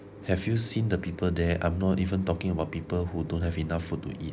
have you seen the people there I'm not even talking about people who don't have enough food to eat